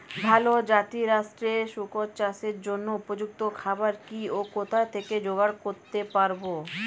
ভালো জাতিরাষ্ট্রের শুকর চাষের জন্য উপযুক্ত খাবার কি ও কোথা থেকে জোগাড় করতে পারব?